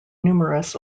numerous